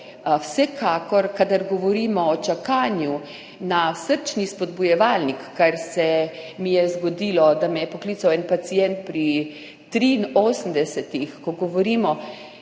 Vsekakor, kadar govorimo o čakanju na srčni spodbujevalnik, kar se mi je zgodilo, da me je poklical en pacient pri 83., ko govorimo